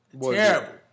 terrible